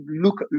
look